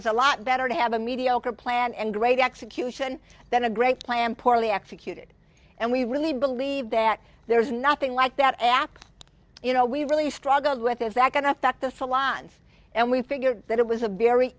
it's a lot better to have a mediocre plan and great execution than a great plan poorly executed and we really believe that there's nothing like that act you know we really struggled with is that going to affect the salons and we figured that it was a very